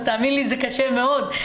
תאמין לי זה קשה מאוד,